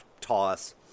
toss